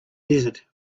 desert